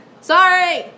Sorry